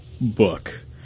book